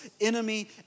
enemy